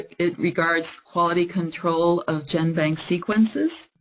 it regards quality control of genbank sequences.